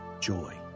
joy